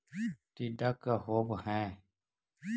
टीडा का होव हैं?